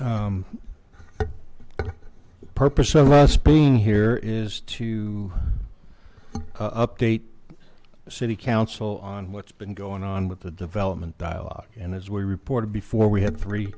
you purpose of us being here is to update city council on what's been going on with the development dialogue and as we reported before we had three